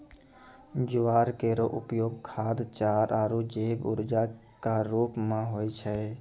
ज्वार केरो उपयोग खाद्य, चारा आरु जैव ऊर्जा क रूप म होय छै